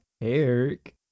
Eric